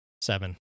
seven